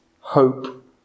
hope